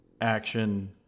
action